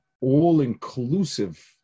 all-inclusive